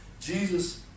Jesus